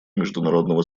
международного